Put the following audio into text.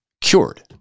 cured